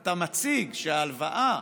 אתה מציג שההלוואה